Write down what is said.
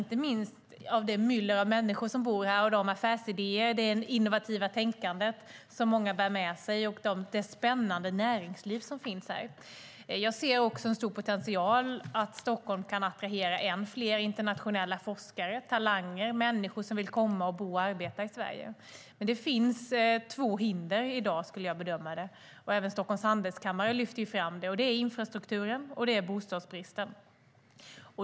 Det gäller inte minst det myller av människor som bor här, de affärsidéer och det innovativa tänkandet som många bär med sig och det spännande näringslivet som finns. Jag ser en stor potential i att Stockholm kan attrahera än fler internationella forskare, talanger, människor som vill komma och bo och arbeta i Sverige. Det finns, som jag bedömer det, två hinder i dag. Även Stockholms Handelskammare lyfter fram dem. Det är infrastrukturen och bostadsbristen.